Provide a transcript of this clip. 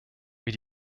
wie